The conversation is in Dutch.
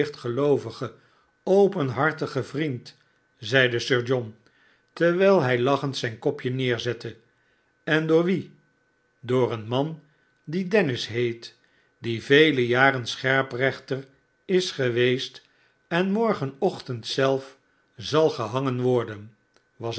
lichtgeloovige openhartige vriend zeide sir john terwijl hij lachend zijn kopje neerzette en door wien door een man die dennis heet die vele jaren scherprechter is geweest en morgenochtend zelf zal gehangen worden